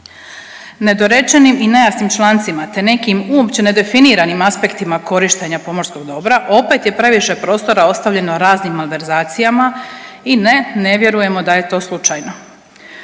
Nedorečenim i nejasnim člancima, te nekim uopće nedefiniranim aspektima korištenja pomorskog dobra opet je previše prostora ostavljeno raznim malverzacijama i ne, ne vjerujemo da je to slučajno.